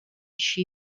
she